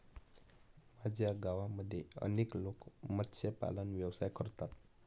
माझ्या गावामध्ये अनेक लोक मत्स्यपालन व्यवसाय करतात